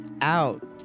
out